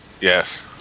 yes